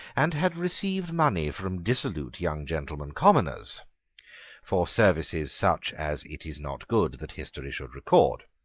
and had received money from dissolute young gentlemen commoners for services such as it is not good that history should record.